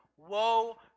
Woe